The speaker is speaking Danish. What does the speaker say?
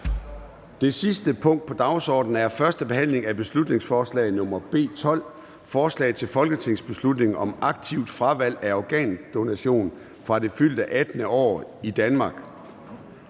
Det sidste punkt på dagsordenen er: 6) 1. behandling af beslutningsforslag nr. B 12: Forslag til folketingsbeslutning om aktivt fravalg af organdonation fra det fyldte 18. år i Danmark